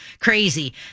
crazy